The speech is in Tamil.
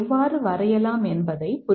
எஃப்